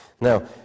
Now